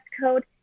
code